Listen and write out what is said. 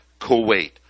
Kuwait